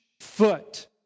foot